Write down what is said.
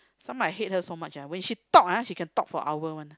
some I hate her so much ah when she talk ah she can talk for hour one